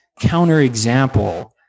counterexample